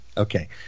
Okay